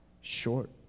short